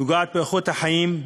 פוגעת באיכות החיים,